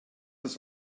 das